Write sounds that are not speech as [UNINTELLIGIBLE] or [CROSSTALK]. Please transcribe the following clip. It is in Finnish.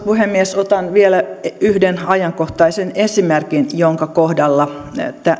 [UNINTELLIGIBLE] puhemies otan vielä yhden ajankohtaisen esimerkin jonka kohdalla